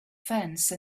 fence